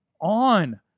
on